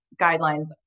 guidelines